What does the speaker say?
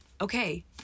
okay